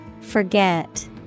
Forget